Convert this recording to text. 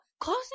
close